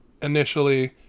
Initially